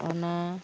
ᱚᱱᱟ